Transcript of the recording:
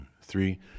three